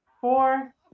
Four